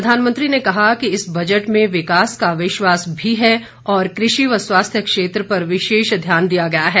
प्रधानमंत्री ने कहा कि इस बजट में विकास का विश्वास भी है और कृषि व स्वास्थ्य क्षेत्र पर विशेष ध्यान दिया गया है